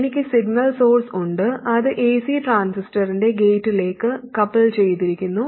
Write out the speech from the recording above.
എനിക്ക് signal source ഉണ്ട് അത് എസി ട്രാൻസിസ്റ്ററിന്റെ ഗേറ്റിലേക്ക് കപ്പിൾ ചെയ്തിരിക്കുന്നു